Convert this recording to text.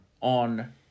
on